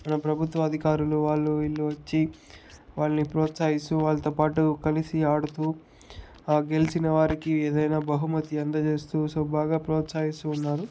మన ప్రభుత్వ అధికారులు వాళ్ళు వీళ్ళు వచ్చి వాళ్ళని ప్రోత్సహిస్తూ వాళ్ళతోపాటు కలిసి ఆడుతూ ఆ గెలిచిన వారికి ఏదైనా బహుమతి అందజేస్తూ సో బాగా ప్రోత్సహిస్తూ ఉన్నారు